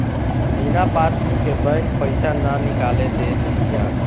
बिना पासबुक के बैंक पईसा ना निकाले देत बिया